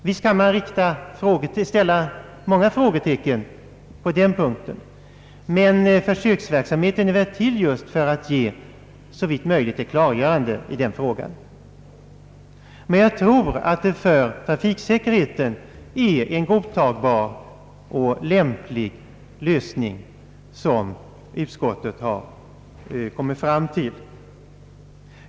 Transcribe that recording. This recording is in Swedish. Visst kan man sätta många frågetecken i det sammanhanget, men syftet med försöksverksamheten är väl just att såvitt möjligt skapa klarhet på den punkten. Jag tror därför att utskottets lösning av problemet är godtagbar och lämplig när det gäller att främja trafiksäkerheten.